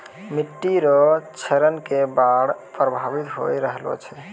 मिट्टी रो क्षरण से बाढ़ प्रभावित होय रहलो छै